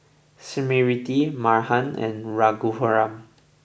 Smriti Mahan and Raghuram